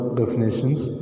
definitions